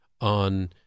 on